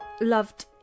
loved